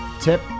Tip